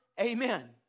Amen